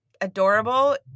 adorable